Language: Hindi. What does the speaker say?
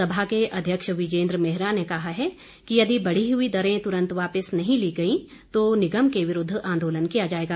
सभा के अध्यक्ष विजेन्द्र मेहरा ने कहा है कि यदि बढ़ी हुई दरें तुरंत वापिस नहीं ली गई तो निगम के विरूद्व आंदोलन किया जाएगा